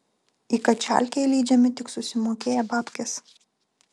į kačialkę įleidžiami tik susimokėję babkes